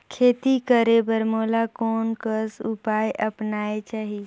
खेती करे बर मोला कोन कस उपाय अपनाये चाही?